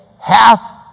hath